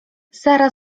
sara